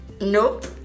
nope